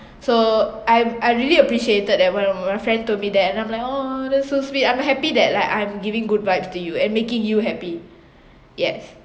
so I I really appreciated that one of my friend told me that and I'm like !aww! that's so sweet I'm happy that like I'm giving good vibes to you and making you happy yes